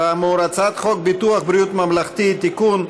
כאמור: הצעת חוק ביטוח בריאות ממלכתי (תיקון,